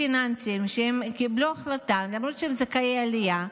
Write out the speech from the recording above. ופיננסיים, למרות שהם זכאי עלייה,